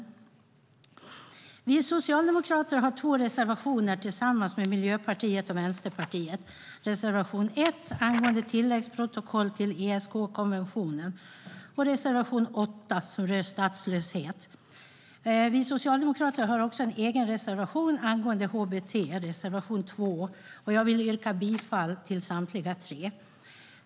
Vi socialdemokrater har två reservationer tillsammans med Miljöpartiet och Vänsterpartiet. Det är reservation 1 om tilläggsprotokoll till ESK-konventionen och reservation 8 om statslöshet. Vi socialdemokrater har också en egen reservation, och det är reservation 2 om hbt. Jag yrkar bifall till dessa tre reservationer.